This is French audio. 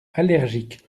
allergiques